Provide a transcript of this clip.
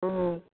অঁ